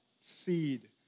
seed